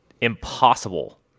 impossible